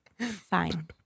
fine